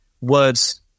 words